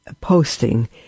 posting